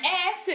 ass